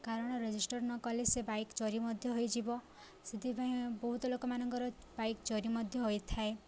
କାରଣ ରେଜିଷ୍ଟର୍ ନ କଲେ ସେ ବାଇକ୍ ଚୋରି ମଧ୍ୟ ହେଇଯିବ ସେଥିପାଇଁ ବହୁତ ଲୋକମାନଙ୍କର ବାଇକ୍ ଚୋରି ମଧ୍ୟ ହୋଇଥାଏ